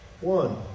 One